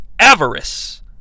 avarice